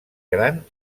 gran